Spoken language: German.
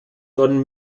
don